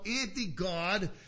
anti-God